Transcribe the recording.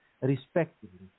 respectively